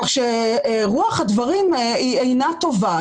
כך שרוח הדברים היא אינה טובה,